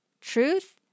Truth